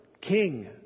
king